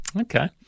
Okay